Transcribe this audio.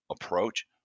approach